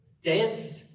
danced